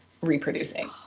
reproducing